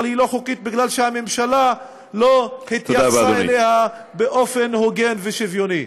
אבל היא לא חוקית בגלל שהממשל לא התייחסה אליה באופן הוגן ושוויוני.